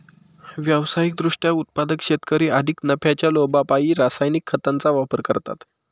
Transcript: व्यावसायिक दृष्ट्या उत्पादक शेतकरी अधिक नफ्याच्या लोभापायी रासायनिक खतांचा वापर करतात